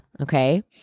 okay